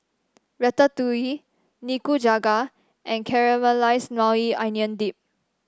Ratatouille Nikujaga and Caramelized Maui Onion Dip